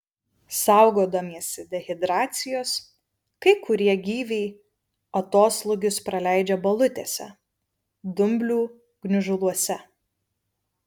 saugodamiesi dehidracijos kai kurie gyviai atoslūgius praleidžia balutėse dumblių gniužuluose